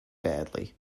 badly